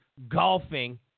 Golfing